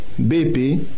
BP